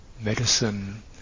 medicine